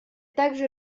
также